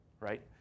right